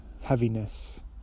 heaviness